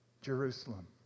Jerusalem